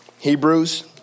Hebrews